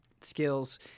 skills